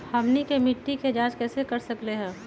हमनी के मिट्टी के जाँच कैसे कर सकीले है?